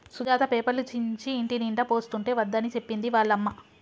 సుజాత పేపర్లు చించి ఇంటినిండా పోస్తుంటే వద్దని చెప్పింది వాళ్ళ అమ్మ